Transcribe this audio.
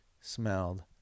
smelled